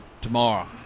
tomorrow